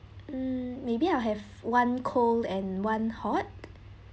mm maybe I'll have one cold and one hot